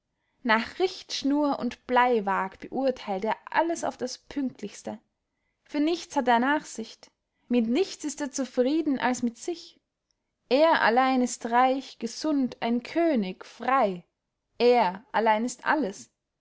nach richtschnur und bleywaag beurtheilt er alles auf das pünktlichste für nichts hat er nachsicht mit nichts ist er zufrieden als mit sich er allein ist reich gesund ein könig frey er allein ist alles